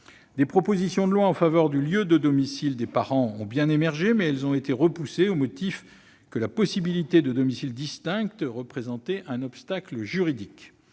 Des propositions de loi en faveur du lieu de domicile des parents ont bien émergé, mais elles ont été repoussées au motif que la possibilité de domiciles distincts représentait un obstacle juridique.